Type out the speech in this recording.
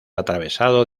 atravesado